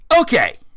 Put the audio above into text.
Okay